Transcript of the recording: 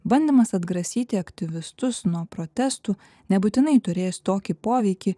bandymas atgrasyti aktyvistus nuo protestų nebūtinai turės tokį poveikį